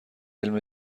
علم